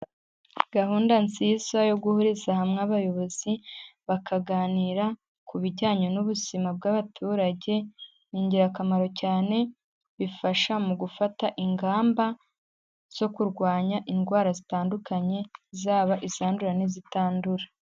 Gahunda nziza yo guhuriza hamwe abayobozi bakaganira ku bijyanye n'ubuzima bw'abaturage ni ingirakamaro cyane, bifasha mu gufata ingamba zo kurwanya indwara zitandukanye zaba izandura n'izitandura.